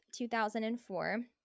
2004